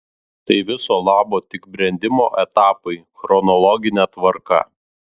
tai viso labo tik brendimo etapai chronologine tvarka